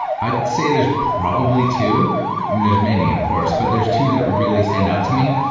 i'd say there's probably two, and there's many of course, but there's two that really stand out to me.